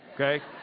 Okay